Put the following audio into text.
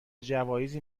جوایزی